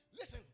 Listen